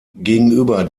gegenüber